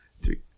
three